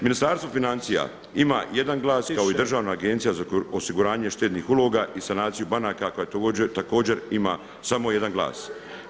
Ministarstvo financija ima jedan glas kao i Državna agencija za osiguranje štednih uloga i sanaciju banaka koja također ima samo jedan glas.